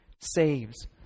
saves